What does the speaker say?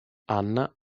anna